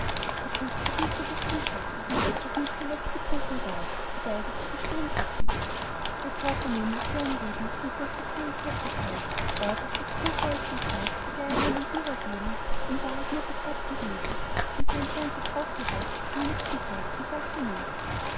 ihr glück verdüsterte kein schatten doch nicht die letzte prüfung war's die beide zu bestehen hatten der zaubrer nämlich der ein leben von großer zähigkeit besaß war durch das pulver als dem fraß der geier man ihn übergeben in wahrheit nur betäubt gewesen von seinem scheintod aufgewacht am nächsten tag und bald genesen